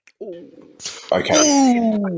Okay